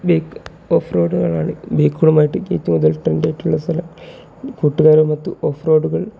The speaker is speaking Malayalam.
ബൈക്ക് ഓഫ് റോഡുകളാണ് ബൈക്കുകളുമായിട്ട് ഏറ്റവും കൂടുതൽ ട്രെൻ്റായിട്ടുള്ള സ്ഥലം കൂട്ടുകാരും ഒത്തു ഓഫ് റോഡുകൾ